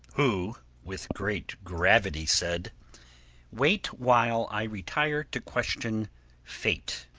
who with great gravity said wait while i retire to question fate.